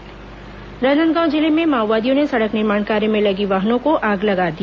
माओवादी वारदात राजनादगांव जिले में माओवादियों ने सड़क निर्माण कार्य में लगी वाहनों को आग लगा दिया